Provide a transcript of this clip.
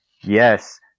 yes